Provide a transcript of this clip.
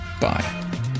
Bye